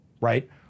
Right